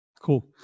Cool